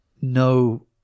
no